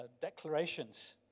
declarations